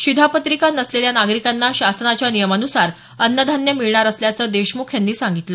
शिधापत्रिका नसलेल्या नागरिकांना शासनाच्या नियमानुसार अन्नधान्य मिळणार असल्याचं देशमुख यांनी सांगितलं